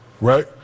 Right